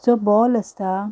so ball आसता